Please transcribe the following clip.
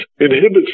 inhibits